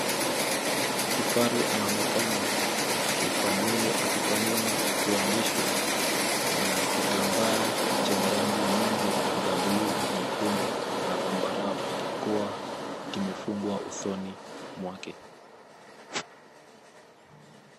Kifaru anaonekana akifanyiwa kuhamishwa na kitambaa chenye rangi za buluu nyekundu na zambarau kikiwa kimefungwa usoni mwake.